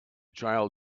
child